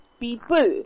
people